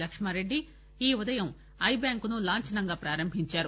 లక్మారెడ్డి ఈ ఉదయం ఐ బ్యాంకును లాంఛనంగా ప్రారంభించారు